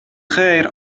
خیر